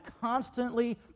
constantly